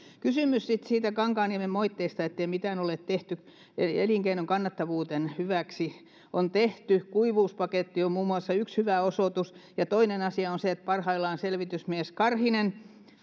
kysymys siitä kankaanniemen moitteesta ettei mitään ole tehty elinkeinon kannattavuuden hyväksi on tehty muun muassa kuivuuspaketti on yksi hyvä osoitus siitä ja toinen asia on se että parhaillaan selvitysmies karhinen